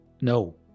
No